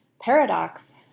paradox